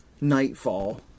Nightfall